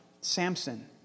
Samson